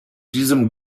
diesem